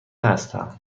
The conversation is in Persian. هستم